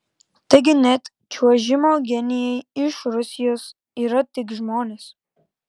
taigi net čiuožimo genijai iš rusijos yra tik žmonės